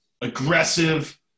aggressive